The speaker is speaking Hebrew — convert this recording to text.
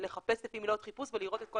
לחפש לפי מילות חיפוש ולראות את כל